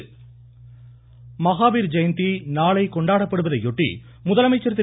மஹாவீர் ஜெயந்தி மஹாவீர் ஜெயந்தி நாளை கொண்டாடப்படுவதையொட்டி முதலமைச்சர் திரு